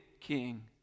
king